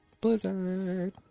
Blizzard